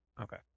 Okay